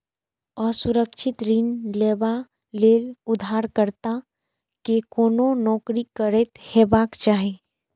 असुरक्षित ऋण लेबा लेल उधारकर्ता कें कोनो नौकरी करैत हेबाक चाही